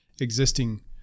existing